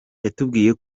yatubwiye